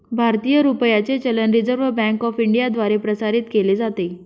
भारतीय रुपयाचे चलन रिझर्व्ह बँक ऑफ इंडियाद्वारे प्रसारित केले जाते